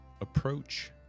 approach